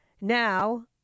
Now